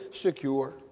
secure